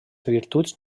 virtuts